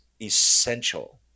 essential